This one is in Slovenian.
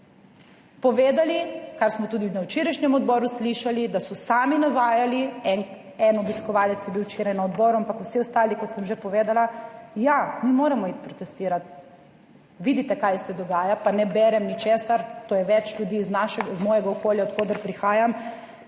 povedali, kar smo tudi na včerajšnjem odboru slišali, da so sami navajali, en obiskovalec je bil včeraj na odboru, ampak vsi ostali, kot sem že povedala, ja, mi moramo iti protestirati. Vidite kaj se dogaja, pa ne berem ničesar, to je več ljudi iz našega, iz mojega okolja, od koder prihajam.